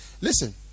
Listen